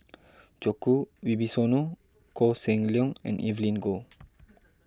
Djoko Wibisono Koh Seng Leong and Evelyn Goh